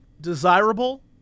desirable